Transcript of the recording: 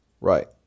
right